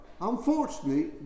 Unfortunately